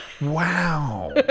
Wow